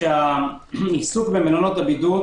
העיסוק במלונות הבידוד